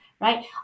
right